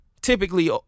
typically